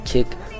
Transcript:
Kick